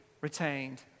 retained